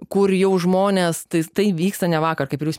kur jau žmonės tais tai vyksta ne vakar kaip ir jūs